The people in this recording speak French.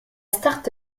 start